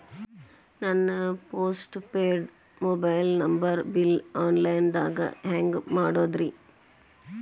ನನ್ನ postpaid mobile number bill, online ದಾಗ ಹ್ಯಾಂಗ್ ನೋಡೋದ್ರಿ?